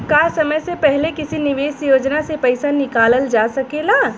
का समय से पहले किसी निवेश योजना से र्पइसा निकालल जा सकेला?